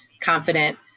confident